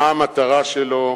מה המטרה שלו?